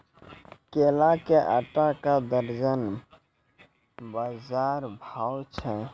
केला के आटा का दर्जन बाजार भाव छ?